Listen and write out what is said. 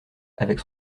avec